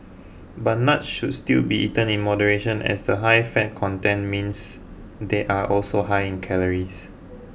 but nuts should still be eaten in moderation as the high fat content means they are also high in calories